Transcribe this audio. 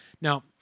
Now